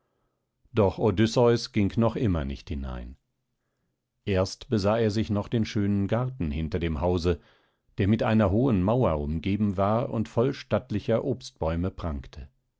doch odysseus ging noch immer nicht hinein erst besah er sich noch den schönen garten hinter dem hause der mit einer hohen mauer umgeben war und voll stattlicher obstbäume prangte